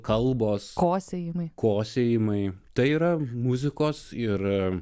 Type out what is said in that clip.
kalbos kosėjimai kosėjimai tai yra muzikos ir